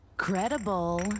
Credible